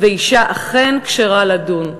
ואישה אכן כשרה לדון.